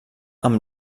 amb